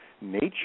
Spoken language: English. nature